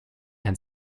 and